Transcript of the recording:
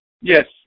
Yes